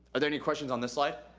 are there any questions on this slide?